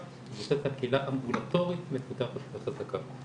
ומיטיבה המבוססת על קהילה אמבולטורית מפותחת וחזקה.